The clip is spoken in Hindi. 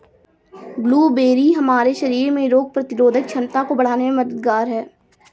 ब्लूबेरी हमारे शरीर में रोग प्रतिरोधक क्षमता को बढ़ाने में मददगार है